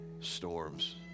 Storms